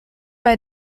bij